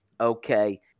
okay